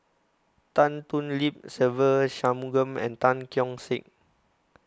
Tan Thoon Lip Se Ve Shanmugam and Tan Keong Saik